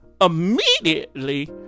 immediately